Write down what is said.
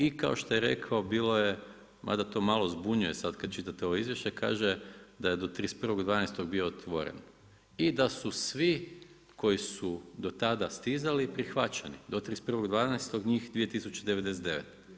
I kao što je rekao bilo je, mada to malo zbunjuje sad kad čitate ovo izvješće, kaže da je do 31.12. bio otvoreni i da su svi koji su do tada stizali prihvaćeni, do 31.12., njih 2099.